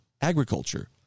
agriculture